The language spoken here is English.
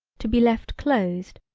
to be left closed,